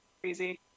Crazy